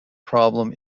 problem